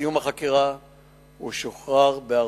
ובסיום החקירה הוא שוחרר בערבות.